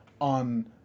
on